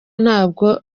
ntabwo